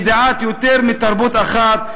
ידיעת יותר מתרבות אחת,